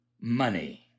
money